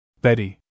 Betty